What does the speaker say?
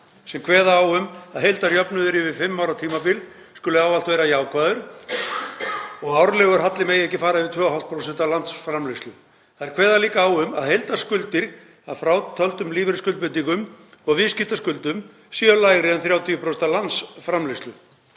sem kveða á um að heildarjöfnuður yfir fimm ára tímabil skuli ávallt vera jákvæður og árlegur halli megi ekki fara yfir 2,5% af landsframleiðslu. Þær kveða líka á um að heildarskuldir, að frátöldum lífeyrisskuldbindingum og viðskiptaskuldum, séu lægri en 30% af landsframleiðslu.